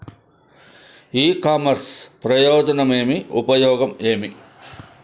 ఇ commerce ప్రయోజనం ఏమి? ఉపయోగం ఏమి?